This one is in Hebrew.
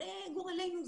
זה גורלנו,